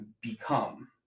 become